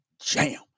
jam